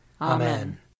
Amen